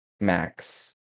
Max